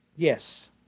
Yes